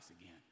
again